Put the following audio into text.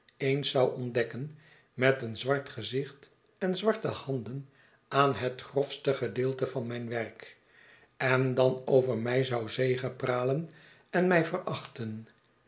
eens zou ontdekken met een zwart gezicht en zwarte handen aan het grofste gedeelte van mijn werk en dan over mij zou zegepralen en mij verachten